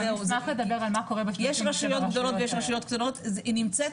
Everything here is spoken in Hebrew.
פסיכולוגים בוודאי שנמצאים